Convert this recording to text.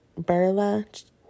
Berla